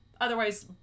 otherwise